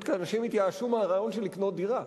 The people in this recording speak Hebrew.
אנשים התייאשו מהרעיון של לקנות דירה.